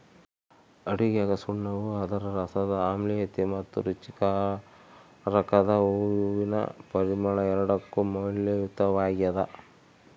ಅಡುಗೆಗಸುಣ್ಣವು ಅದರ ರಸದ ಆಮ್ಲೀಯತೆ ಮತ್ತು ರುಚಿಕಾರಕದ ಹೂವಿನ ಪರಿಮಳ ಎರಡಕ್ಕೂ ಮೌಲ್ಯಯುತವಾಗ್ಯದ